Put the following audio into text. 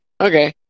Okay